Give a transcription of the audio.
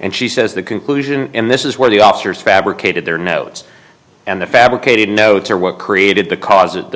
and she says the conclusion and this is where the officers fabricated their notes and the fabricated notes or what created the cause of